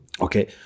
okay